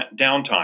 downtime